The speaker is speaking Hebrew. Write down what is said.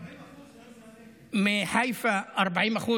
מחיפה, 40%